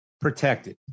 protected